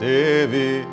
Devi